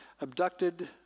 abducted